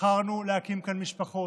בחרנו להקים כאן משפחות,